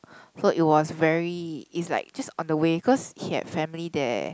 so it was very it's like just on the way cause he had family there